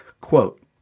quote